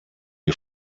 you